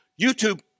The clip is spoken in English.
YouTube